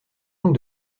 donc